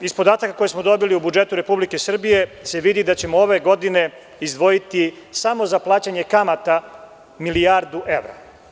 Iz podataka koje smo dobili u budžetu Republike Srbije se vidi da ćemo ove godine izdvojiti samo za plaćanje kamata milijardu evra.